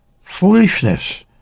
foolishness